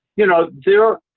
you know, there